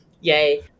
yay